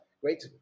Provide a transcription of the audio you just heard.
great